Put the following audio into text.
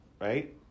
right